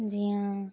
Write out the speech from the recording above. جی ہاں